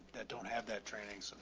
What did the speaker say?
that don't have that training. so